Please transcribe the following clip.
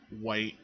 white